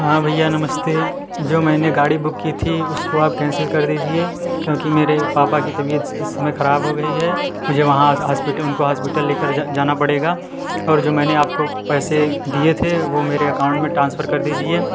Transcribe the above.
हाँ भईया नमस्ते जो मैंने गाड़ी बुक की थी उसको आप कैंसिल कर दीजिए क्योंकि मेरे पापा कि तबियत इस समय खराब हो गई है मुझे वहाँ आज हॉस्पिटल उनको हॉस्पिटल लेकर जाना पड़ेगा और जो मैंने आपको पैसे दिए थे वो मेरे एकाउंट में ट्रांसफर कर दीजिए